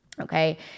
Okay